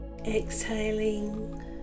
exhaling